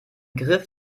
griff